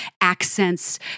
accents